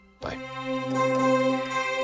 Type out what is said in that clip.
Bye